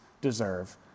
deserve